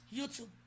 YouTube